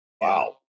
Wow